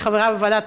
אני חברה בוועדה,